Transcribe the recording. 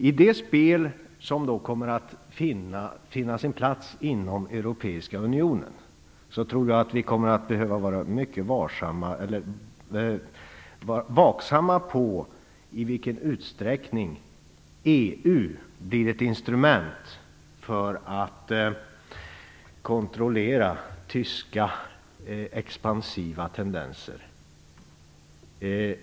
I det spel som då kommer att finna sin plats inom Europeiska unionen tror jag att vi kommer att behöva vara mycket vaksamma på i vilken utsträckning EU blir ett instrument för att kontrollera tyska expansiva tendenser.